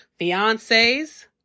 fiancés